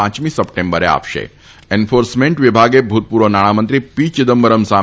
પાંચમી સપ્ટેમ્બરે આપશે એન્ફોર્સમેન્ટ વિભાગે ભૂતપૂર્વ નાણામંત્રી પીએક્સ મિડીયા મની